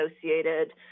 associated